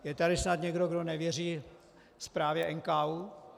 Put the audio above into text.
Je tady snad někdo, kdo nevěří zprávě NKÚ?